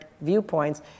viewpoints